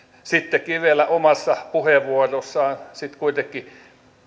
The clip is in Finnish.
sitten kivelä omassa puheenvuorossaan kuitenkin